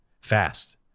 fast